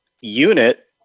unit